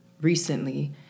recently